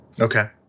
Okay